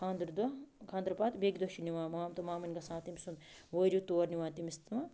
خانٛدٕرٕ دۄہ خانٛدٕرٕ پَتہٕ بیٚکہِ دۄہ چھِ نِوان مام تہٕ مامٕنۍ گژھان تٔمۍ سُنٛد وٲرِو تور تِوان تٔمِس سُہ